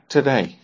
today